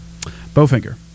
Bowfinger